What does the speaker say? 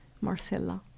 Marcella